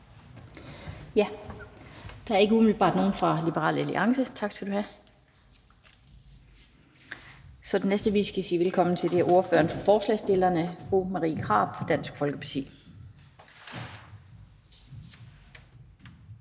og der er umiddelbart ikke nogen fra Liberal Alliance, så den næste, vi skal sige velkommen til, er ordføreren for forslagsstillerne, fru Marie Krarup, Dansk Folkeparti.